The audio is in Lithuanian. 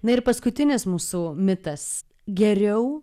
na ir paskutinis mūsų mitas geriau